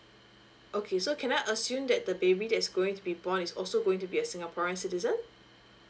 okay so can I assume that the baby that's going to be born is also going to be a singaporean citizen